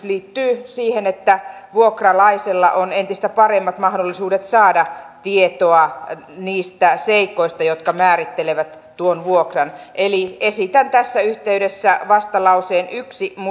liittyy siihen että vuokralaisella on entistä paremmat mahdollisuudet saada tietoa niistä seikoista jotka määrittelevät tuon vuokran eli esitän tässä yhteydessä vastalauseen yksi